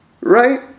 right